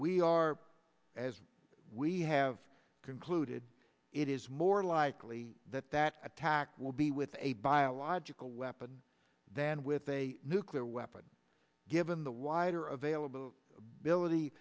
we are as we have concluded it is more likely that that attack will be with a biological weapon than with a nuclear weapon given the wider available b